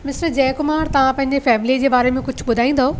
mister Jay Kumar तव्हां पंहिंजी फ़ैमिलीअ जे बारे में कुझु ॿुधाईंदव